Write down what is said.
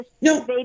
no